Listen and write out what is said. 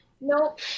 Nope